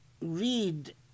read